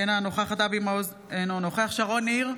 אינה נוכחת אבי מעוז, אינו נוכח שרון ניר,